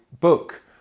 book